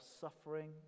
suffering